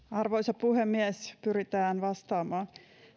arvoisa puhemies pyritään vastaamaan